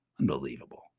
Unbelievable